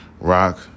Rock